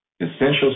Essential